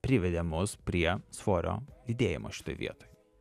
privedė mus prie svorio didėjimo šitoj vietoj